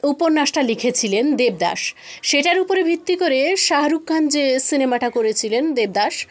উপন্যাসটা লিখেছিলেন দেবদাস সেটার উপরে ভিত্তি করে শাহরুখ খান যে সিনেমাটা করেছিলেন দেবদাস